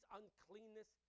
uncleanness